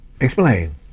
Explain